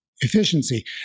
Efficiency